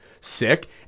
sick